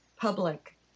public